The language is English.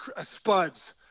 Spuds